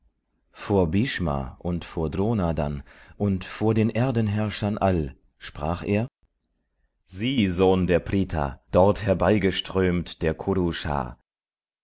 vor bhshma und vor drona dann und vor den erdenherrschern all sprach er sieh sohn der prith dort herbeigeströmt der